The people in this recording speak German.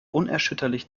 unerschütterlich